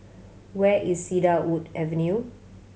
where is Cedarwood Avenue